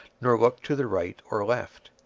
nor looked to the right or left.